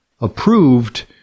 approved